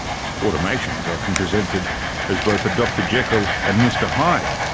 automation is often presented as both a dr jekyll and mr hyde,